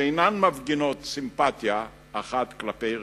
שאינן מפגינות סימפתיה אחת כלפי רעותה.